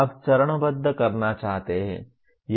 आप चरणबद्ध करना चाहते हैं